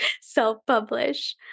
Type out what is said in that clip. self-publish